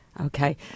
Okay